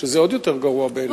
זה עוד יותר גרוע בעיני.